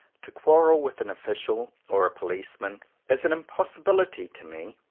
to quarrel with an official or a policeman is an impossibility to me.